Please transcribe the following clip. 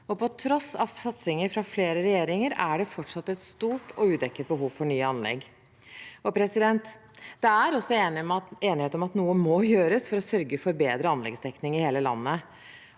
På tross av satsinger fra flere regjeringer er det fortsatt et stort og udekket behov for nye anlegg. Det er også enighet om at noe må gjøres for å sørge for bedre anleggsdekning i hele landet.